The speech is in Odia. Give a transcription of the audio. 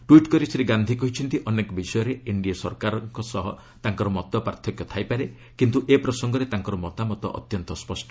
ଟ୍ୱିଟ୍ କରି ଶ୍ରୀ ଗାନ୍ଧୀ କହିଛନ୍ତି ଅନେକ ବିଷୟରେ ଏନ୍ଡିଏ ସରକାର ସହ ତାଙ୍କର ମତପାର୍ଥକ୍ୟ ଥାଇପାରେ କିନ୍ତୁ ଏ ପ୍ରସଙ୍ଗରେ ତାଙ୍କର ମତାମତ ଅତ୍ୟନ୍ତ ସ୍ୱଷ୍ଟ